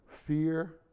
Fear